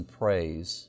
praise